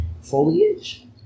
foliage